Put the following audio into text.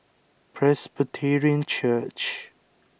Presbyterian Church